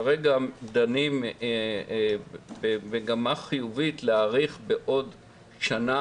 כרגע דנים במגמה חיובית להאריך בעוד שנה,